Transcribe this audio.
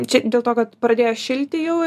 čia dėl to kad pradėjo šilti jau